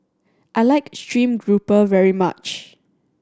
I like stream grouper very much